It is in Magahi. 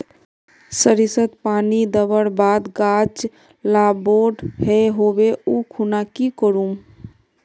सरिसत पानी दवर बात गाज ला बोट है होबे ओ खुना की करूम?